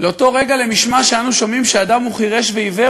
עד לאותו רגע: כשאנו שומעים שאדם הוא חירש ועיוור,